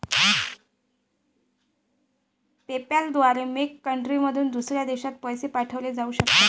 PayPal द्वारे मेक कंट्रीमधून दुसऱ्या देशात पैसे पाठवले जाऊ शकतात